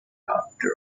after